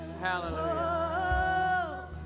Hallelujah